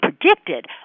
predicted